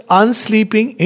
unsleeping